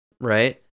right